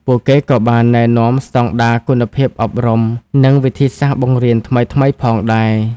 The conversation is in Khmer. ពួកគេក៏បានណែនាំស្តង់ដារគុណភាពអប់រំ និងវិធីសាស្ត្របង្រៀនថ្មីៗផងដែរ។